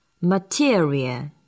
Material